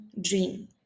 dream